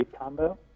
combo